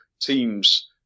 teams